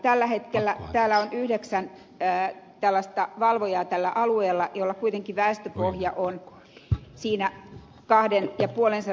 tällä hetkellä on yhdeksän valvojaa tällä alueella jolla kuitenkin väestöpohja on siinä kahden ja puolen se